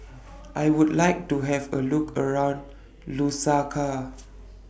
I Would like to Have A Look around Lusaka